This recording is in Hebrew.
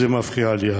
זה מפריע לי,